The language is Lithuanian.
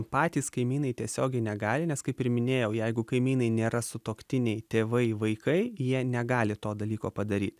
patys kaimynai tiesiogiai negali nes kaip ir minėjau jeigu kaimynai nėra sutuoktiniai tėvai vaikai jie negali to dalyko padaryt